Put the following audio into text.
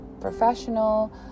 professional